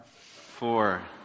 Four